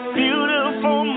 beautiful